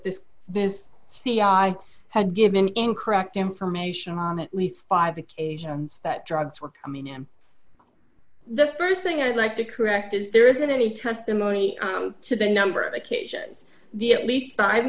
this is the i had given in croc information on at least five occasions that drugs were coming in the st thing i'd like to correct is there isn't any testimony to the number of occasions the at least five